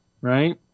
right